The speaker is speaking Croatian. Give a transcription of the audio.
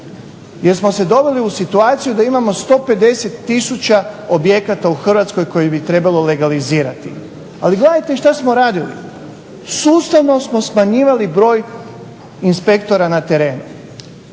jer smo se doveli u situaciju da imamo 150 tisuća objekata u Hrvatskoj koje bi trebalo legalizirati. Ali gledajte što smo radili, sustavno smo smanjivali broj inspektora na terenu.